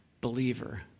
believer